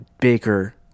Baker